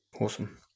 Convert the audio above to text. Awesome